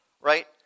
right